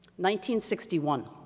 1961